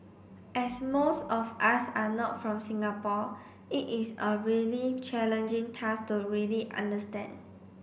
as most of us are not from Singapore it is a really challenging task to really understand